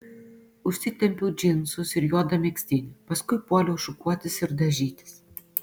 užsitempiau džinsus ir juodą megztinį paskui puoliau šukuotis ir dažytis